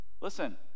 Listen